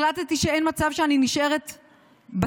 החלטתי שאין מצב שאני נשארת בצד,